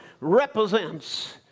represents